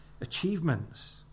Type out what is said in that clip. achievements